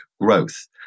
growth